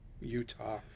Utah